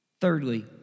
Thirdly